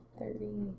thirty